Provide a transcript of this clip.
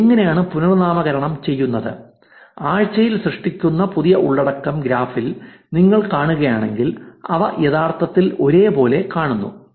ഇത് എങ്ങനെയാണ് പുനർനാമകരണം ചെയ്യുന്നത് ആഴ്ചയിൽ സൃഷ്ടിക്കുന്ന പുതിയ ഉള്ളടക്കം ഗ്രാഫിൽ നിങ്ങൾ കാണുകയാണെങ്കിൽ അവ യഥാർത്ഥത്തിൽ ഒരേപോലെ കാണുന്നു